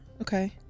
Okay